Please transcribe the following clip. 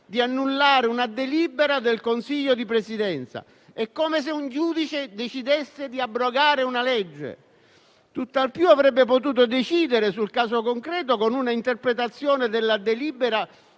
di annullare una delibera del Consiglio di Presidenza. È come se un giudice decidesse di abrogare una legge. Tuttalpiù avrebbe potuto decidere sul caso concreto con un'interpretazione della delibera